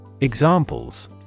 Examples